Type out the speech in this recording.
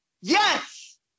Yes